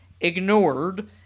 ignored